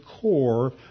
core